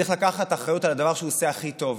צריך לקחת אחריות על הדבר שהוא עושה הכי טוב,